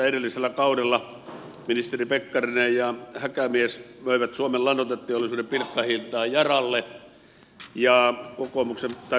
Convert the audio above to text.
edellisellä kaudella ministeri pekkarinen ja häkämies myivät suomen ladun ja kelly pihoilta ja ralli lannoiteteollisuuden pilkkahintaan yaralle